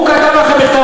הוא כתב לכם מכתב,